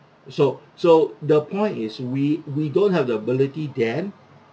so so the point is we we don't have the ability then